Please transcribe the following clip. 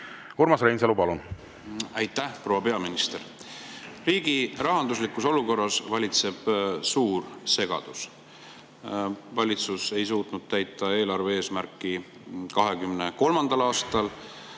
Urmas Reinsalu, palun! Aitäh! Proua peaminister! Riigi rahanduslikus olukorras valitseb suur segadus. Valitsus ei suutnud täita eelarve eesmärki 2023. aastal.